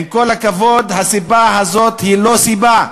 עם כל הכבוד, הסיבה הזאת היא לא סיבה.